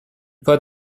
pas